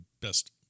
best